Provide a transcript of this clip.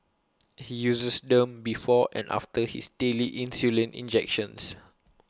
he uses them before and after his daily insulin injections